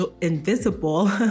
invisible